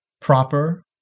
proper